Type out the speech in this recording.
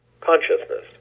consciousness